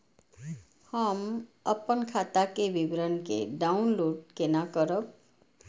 हम अपन खाता के विवरण के डाउनलोड केना करब?